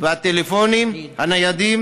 והטלפונים הניידים,